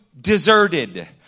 deserted